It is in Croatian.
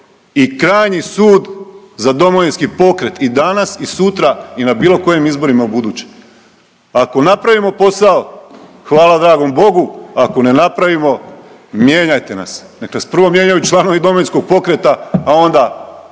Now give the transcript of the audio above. i krajnji sud za Domovinski pokret i danas i sutra i na bilo kojim izborima ubuduće. Ako napravimo posao hvala dragom Bogu, ako ne napravimo mijenjajte nas. Nek nas prvo mijenjaju članovi Domovinskog pokreta, a onda